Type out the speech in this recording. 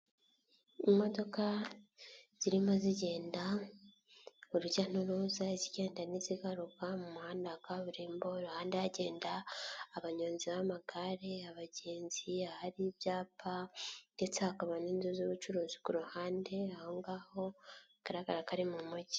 Imodoka zirimo zigenda, urujya n'uruza, izigenda n'izigaruka mu muhanda wa kaburimbo. Ahandi hagenda: abanyonzi b'amagare, abagenzi, ahari ibyapa ndetse hakaba n'inzu z'ubucuruzi ku ruhande. Aha ho bigaragara ko ari mu mujyi.